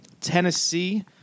Tennessee